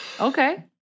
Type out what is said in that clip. okay